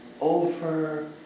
over